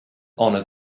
honored